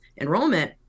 enrollment